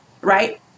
right